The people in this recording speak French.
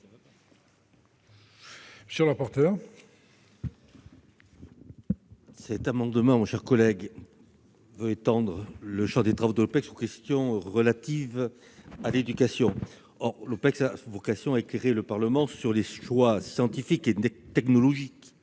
monsieur le rapporteur,